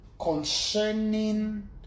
concerning